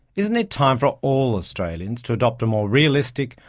isn't it time for all australians to adopt a more realistic,